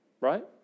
Right